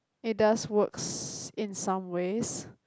it does works in some ways